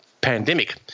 pandemic